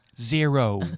zero